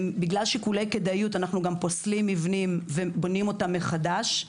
בגלל שיקולי כדאיות אנחנו גם פוסלים מבנים ובונים אותם מחדש.